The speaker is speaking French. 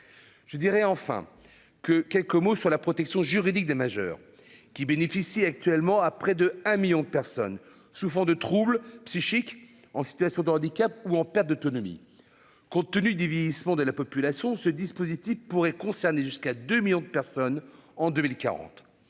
je dirais enfin que quelques mots sur la protection juridique des majeurs qui bénéficient actuellement à près de 1 1000000 de personnes souffrant de troubles psychiques en situation de handicap ou en perte d'autonomie, compte tenu du vieillissement de la population, ce dispositif pourrait concerner jusqu'à 2 millions de personnes en 2040,